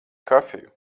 kafiju